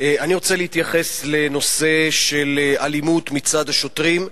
אני רוצה להתייחס לנושא של אלימות מצד השוטרים,